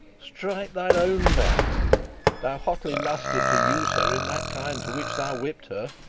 strip thine own back thou hotly lust'st to use her in that kind for which thou whipp'st her.